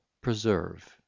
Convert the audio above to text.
preserve